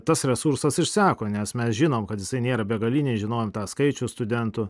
tas resursas išseko nes mes žinom kad jisai nėra begaliniai žinojom tą skaičių studentų